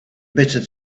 bitter